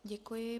Děkuji.